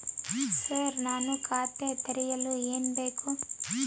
Sir ನಾನು ಖಾತೆ ತೆರೆಯಲು ಏನು ಬೇಕು?